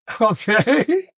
Okay